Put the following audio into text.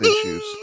issues